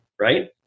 right